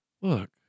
Look